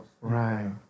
Right